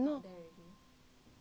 okay 你想看了